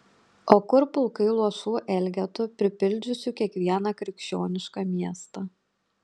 o kur pulkai luošų elgetų pripildžiusių kiekvieną krikščionišką miestą